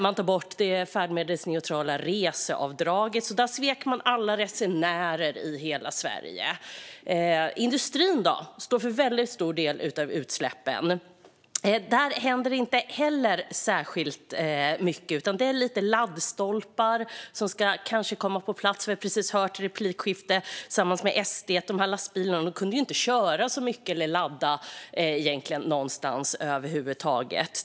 Man tar bort det färdmedelsneutrala reseavdraget och sviker alla resenärer i hela Sverige. Industrin står för en väldigt stor del av utsläppen. Inte heller där händer det särskilt mycket, utan det är lite laddstolpar som kanske ska komma på plats. Vi har precis hört, i replikskiftet med SD, att lastbilarna inte kunde köra så mycket och egentligen inte kunde ladda någonstans över huvud taget.